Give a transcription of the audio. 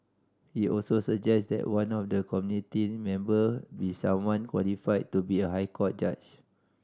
he also suggested that one of the committee member be someone qualified to be a High Court judge